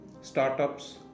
startup's